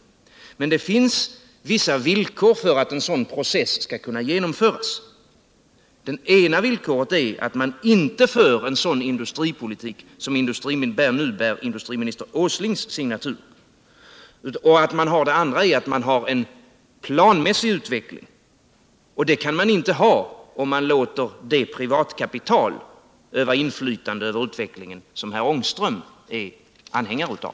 Men det finns vissa villkor för att en sådan process skall kunna genomföras. Det ena villkoret är att man inte för on sådan industripohtik som nu bär industriminister Åslings signatur. och det andra är att man har en planmässig utveckling. Den kan man inte ha om man låter det privatkapital öva inflytande över utvecklingen som herr Ångström är anhängare av.